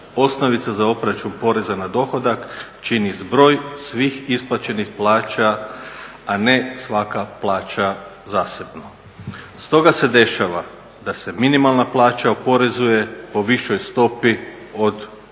osnovica za obračun poreza na dohodak čini zbroj svih isplaćenih plaća, a ne svaka plaća zasebno. Stoga se dešava da se minimalna plaća oporezuje po višoj stopi od 40% jer